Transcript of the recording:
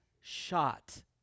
shot